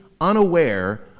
unaware